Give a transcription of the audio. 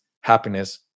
happiness